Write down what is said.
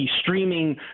streaming